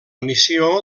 missió